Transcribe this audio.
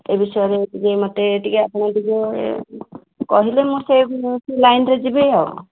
ଏ ବିଷୟରେ ଟିକେ ମୋତେ ଟିକେ ଆପଣ ଟିକେ କହିଲେ ମୁଁ ସେ ଲାଇନ୍ରେ ଯିବି ଆଉ